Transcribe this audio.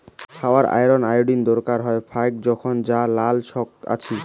ছাওয়ার iron, iodine দরকার হয় ফাইক জোখন যা নাল শাকত আছি